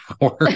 power